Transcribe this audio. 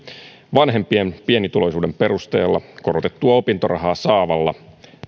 vanhempien pienituloisuuden perusteella korotettua opintorahaa saavalla